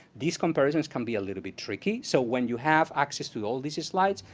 these comparisons can be a little bit tricky. so when you have access to all these slides,